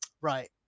right